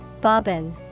Bobbin